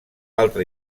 altra